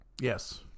yes